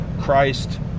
Christ